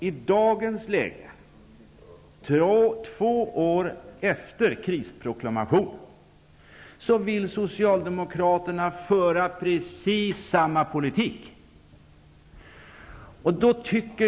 I dagens läge, två år efter krisproklamationen, vill socialdemokraterna föra precis samma politik.